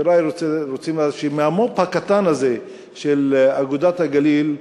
מהמו"פ הקטן הזה של "אגודת הגליל"